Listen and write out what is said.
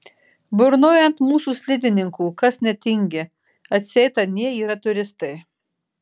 burnoja ant mūsų slidininkų kas netingi atseit anie yra turistai